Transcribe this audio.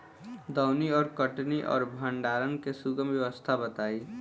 दौनी और कटनी और भंडारण के सुगम व्यवस्था बताई?